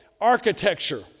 architecture